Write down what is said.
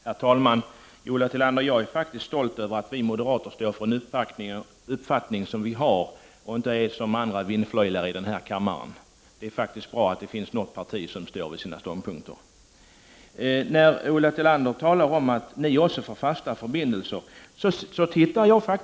Herr talman! Jag är faktiskt stolt, Ulla Tillander, över att vi moderater står för den uppfattning vi har och inte är som andra vindflöjlar i denna kammare. Det är bra att det finns något parti som står fast vid sina ståndpunkter. Ulla Tillander talar om att centern också är för fasta förbindelser.